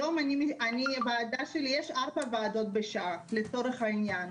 היום לי יש ארבע ועדות בשעה, לצורך העניין.